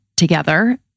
together